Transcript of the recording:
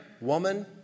woman